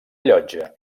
llotja